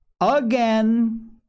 again